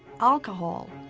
alcohol